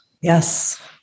yes